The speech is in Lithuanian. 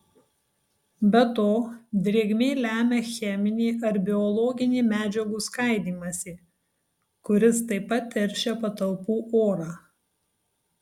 be to drėgmė lemia cheminį ar biologinį medžiagų skaidymąsi kuris taip pat teršia patalpų orą